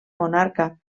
monarca